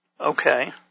okay